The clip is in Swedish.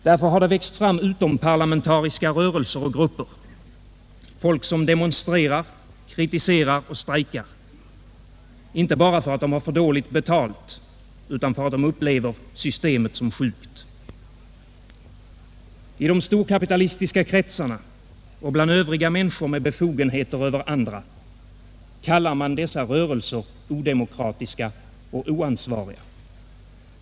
Därför har det växt fram utomparlamentariska rörelser och grupper, folk som demonstrerar, kritiserar och strejkar — inte bara för att de har dåligt betalt utan för att de upplever systemet som sjukt. I de storkapitalistiska kretsarna och bland övriga människor med befogenheter över andra kallar man dessa rörelser odemokratiska och oansvariga.